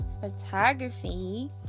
photography